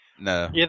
No